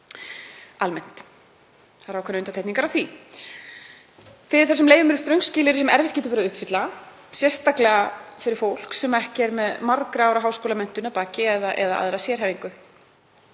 almennt, það eru ákveðnar undantekningar á því. Fyrir þessum leyfum eru ströng skilyrði sem erfitt getur verið að uppfylla, sérstaklega fyrir fólk sem ekki er með margra ára háskólamenntun að baki eða aðra sérhæfingu.